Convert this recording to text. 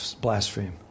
blaspheme